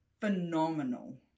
phenomenal